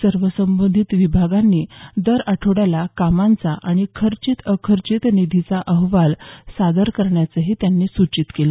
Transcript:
सर्व संबंधित विभागांनी दर आठवड्याला कामांचा आणि खर्चित अखर्चित निधीचा अहवाल सादर करण्याचंही त्यांनी सूचित केलं